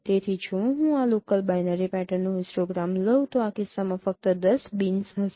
તેથી જો હું આ લોકલ બાઈનરી પેટર્નનો હિસ્ટોગ્રામ લઉં તો આ કિસ્સામાં ફક્ત ૧૦ બીન્સ હશે